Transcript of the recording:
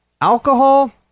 Alcohol